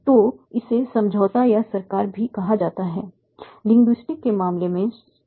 तो इसे समझौता या सरकार भी कहा जाता है लिंग्विस्टिक के मामले में सरकार